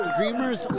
Dreamers